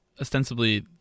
ostensibly